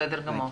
בסדר גמור.